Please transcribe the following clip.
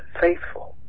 faithful